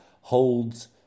holds